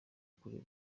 kureba